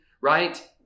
right